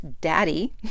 daddy